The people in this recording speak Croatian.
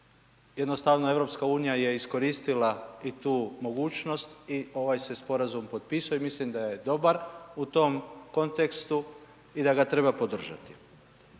jednostavno EU je iskoristila i tu mogućnost i ovaj se sporazum potpisao i mislim da je dobar u tom kontekstu i da ga treba podržati.